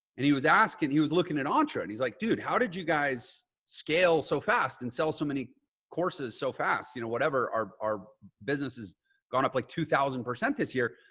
and he was asking, he was looking at entre and he's like, dude, how did you guys scale so fast and sell so many courses so fast, you know, whatever are our businesses gone up like two thousand percent this year.